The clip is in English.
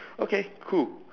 okay cool